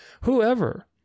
whoever